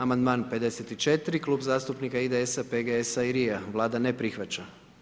Amandman 54., Klub zastupnika IDS-a, PGS-a i LRI-a, Vlada ne prihvaća.